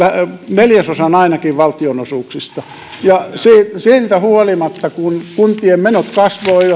neljäsosan valtionosuuksista siitä huolimatta kun kuntien menot kasvoivat